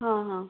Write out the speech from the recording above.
हं हं